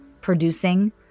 producing